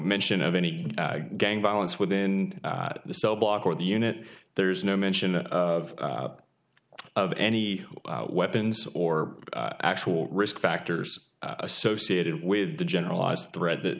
mention of any gang violence within the cell block or the unit there's no mention of of any weapons or actual risk factors associated with the generalized threat that